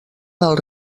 del